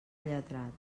lletrat